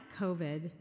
COVID